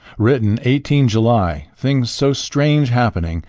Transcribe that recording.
written eighteen july, things so strange happening,